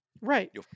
Right